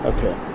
Okay